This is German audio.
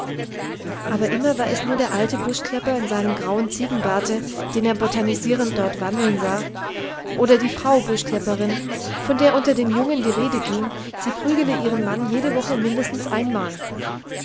aber immer war es nur der alte buschklepper in seinem grauen ziegenbarte den er botanisierend dort wandeln sah oder die frau buschklepperin von der unter den jungen die rede ging sie prügele ihren mann jede woche mindestens einmal